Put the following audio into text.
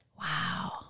Wow